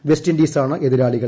west ഇൻഡീസാണ് എതിരാളികൾ